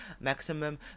maximum